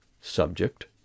subject